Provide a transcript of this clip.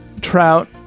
Trout